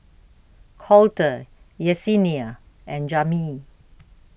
Colter Yesenia and Jami